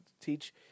Teach